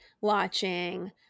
watching